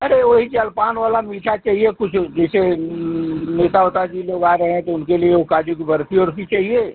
अरे वही जलपान वाला मीठा चाहिए कुछ जैसे नेता ओता जी लोग आ रहे हैं तो उनके लिए ओ काजू की बर्फी ओरफी चाहिए